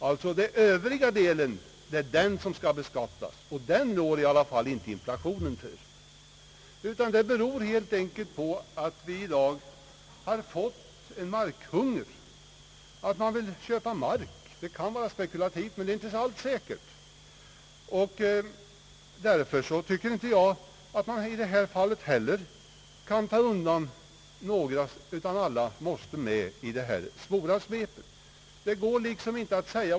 Det är den övriga delen som beskattas, och den rår inte inflationen för. Den kan bero på att vi i dag fått en markhunger. Det kan vara spekulativt att köpa mark, men det är inte alls säkert. Därför kan man i detta fall inte heller ta undan några, utan alla måste med i det stora svepet.